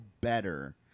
better